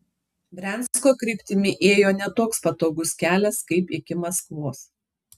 briansko kryptimi ėjo ne toks patogus kelias kaip iki maskvos